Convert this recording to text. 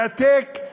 העתק.